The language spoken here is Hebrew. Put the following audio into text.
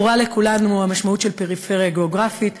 ברורה לכולנו המשמעות של פריפריה גיאוגרפית,